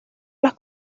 las